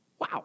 Wow